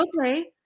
okay